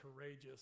courageous